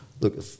look